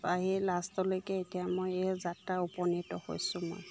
লাষ্টলৈকে এতিয়া মই এই যাত্ৰা উপনীত হৈছোঁ মই